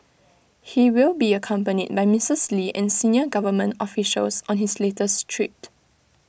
he will be accompanied by misses lee and senior government officials on his latest trip